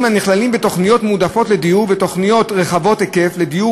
הנכללים בתוכניות מועדפות לדיור ותוכניות רחבות היקף לדיור